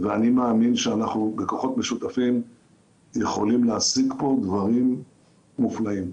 ואני מאמין שבכוחות משותפים אנחנו יכולים להשיג פה דברים מופלאים.